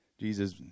Jesus